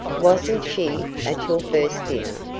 wasn't she at your first dinner?